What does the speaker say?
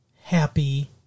happy